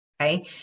okay